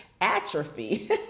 atrophy